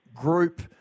group